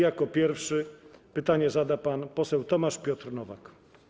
Jako pierwszy pytanie zada pan poseł Tomasz Piotr Nowak.